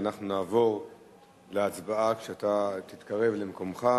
ואנחנו נעבור להצבעה כשאתה תתקרב למקומך,